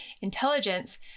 intelligence